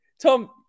Tom